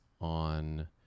on